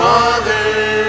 Father